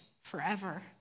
forever